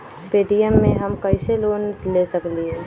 Paytm से हम कईसे लोन ले सकीले?